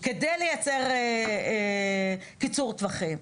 כדי לייצר קיצור טווחים.